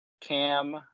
Cam